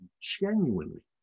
genuinely